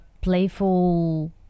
playful